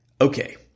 okay